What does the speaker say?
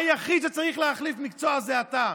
היחיד שצריך להחליף מקצוע זה אתה,